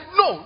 no